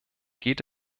geht